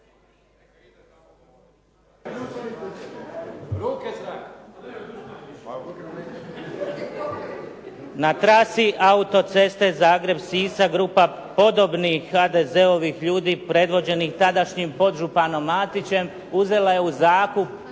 Na trasi autoceste Zagreb-Sisak grupa podobnih HDZ-ovih ljudi predvođenih tadašnjim podžupanom Matićem uzela je u zakup